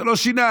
זה לא שינה,